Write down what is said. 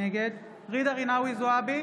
נגד ג'ידא רינאוי זועבי,